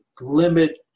limit